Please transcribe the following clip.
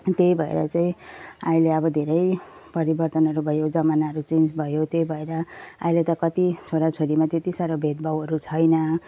त्यही भएर चाहिँ अहिले अब धेरै परिवर्तनहरू भयो जमानाहरू चेन्ज भयो त्यही भएर अहिले त कति छोराछोरीमा त्यति साह्रो भेदभावहरू छैन